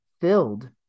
filled